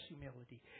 humility